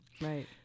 Right